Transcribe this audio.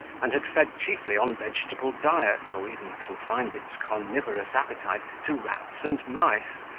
and had fed chiefly on vegetable diet, or even confined its carnivorous appetite to rats and mice,